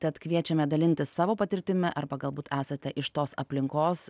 tad kviečiame dalintis savo patirtimi arba galbūt esate iš tos aplinkos